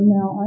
now